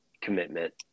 commitment